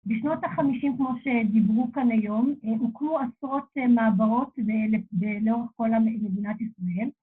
בשנות החמישים כמו שדיברו כאן היום, הוקמו עשרות מעברות לאורך כל מדינת ישראל